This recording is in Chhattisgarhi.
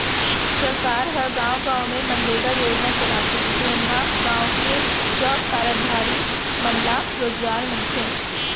सरकार ह गाँव गाँव म मनरेगा योजना चलाथे जेन म गाँव के जॉब कारड धारी मन ल रोजगार मिलथे